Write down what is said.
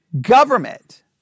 government